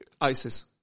ISIS